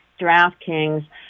DraftKings